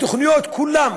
התוכניות כולן,